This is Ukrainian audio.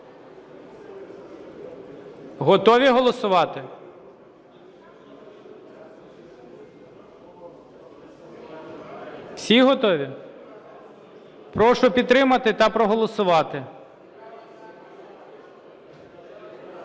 Готові голосувати? Всі готові? Прошу підтримати та проголосувати.